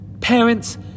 Parents